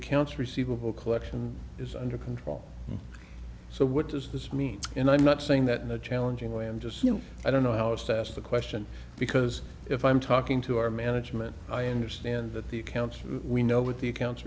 accounts receivable collection is under control so what does this mean and i'm not saying that in a challenging way i'm just i don't know how is to ask the question because if i'm talking to our management i understand but the accounts we know with the accounts